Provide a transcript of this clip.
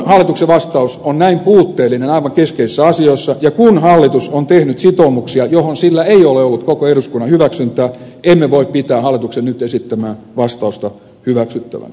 kun hallituksen vastaus on näin puutteellinen aivan keskeisissä asioissa ja kun hallitus on tehnyt sitoumuksia joihin sillä ei ole ollut koko eduskunnan hyväksyntää emme voi pitää hallituksen nyt esittämää vastausta hyväksyttävänä